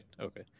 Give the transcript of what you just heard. Okay